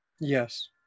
Yes